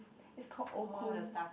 is called Okun